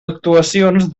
actuacions